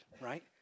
right